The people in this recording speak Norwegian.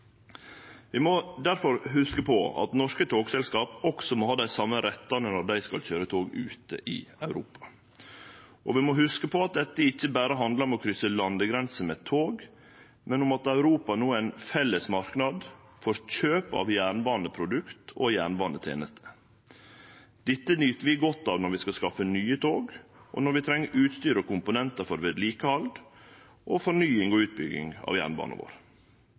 Vi må difor hugse på at norske togselskap også må ha dei same rettane når dei skal køyre tog ute i Europa, og vi må hugse på at dette ikkje berre handlar om å krysse landegrenser med tog, men om at Europa no er ein felles marknad for kjøp av jernbaneprodukt og jernbanetenester. Dette nyt vi godt av når vi skal skaffe nye tog, og når vi treng utstyr og komponentar for vedlikehald, fornying og utbygging av jernbanen vår.